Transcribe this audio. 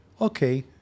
Okay